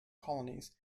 colonies